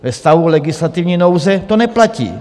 Ve stavu legislativní nouze to neplatí.